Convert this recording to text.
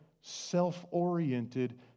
self-oriented